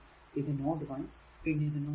ഇത് നോഡ് 1 പിന്നെ ഇത് നോഡ് 2